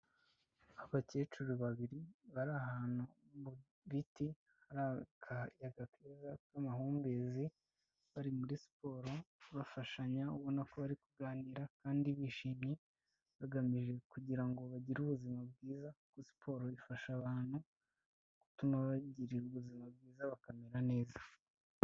Abakecuru babiri bari ahantu mu biti hari akayaga keza k'amahumbezi, bari muri siporo bafashanya ubonako bari kuganira kandi bishimye bagamije kugira ngo bagire ubuzima bwiza kuko siporo ifasha abantu gutuma bagira ubuzima bwiza bakamera neza.